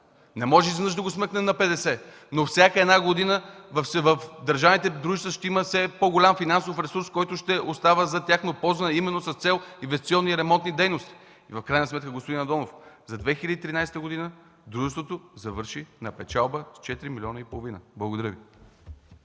Не можем изведнъж да го смъкнем на 50, но всяка една година в държавните дружества ще има все по-голям финансов ресурс, който ще остава за тяхно ползване именно с цел инвестиционни и ремонтни дейности. В крайна сметка, господин Андонов, за 2013 г. дружеството завърши на печалба с 4,5 млн. лв. Благодаря Ви.